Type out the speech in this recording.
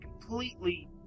completely